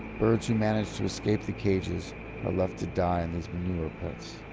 birds who manage to escape the cages are left to die in these manure pits.